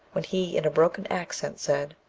when he in a broken accent said,